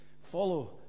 follow